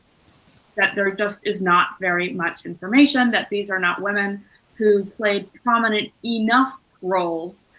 that there just is not very much information, that these are not women who played prominent enough roles,